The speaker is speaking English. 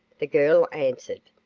the girl answered.